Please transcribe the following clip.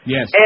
Yes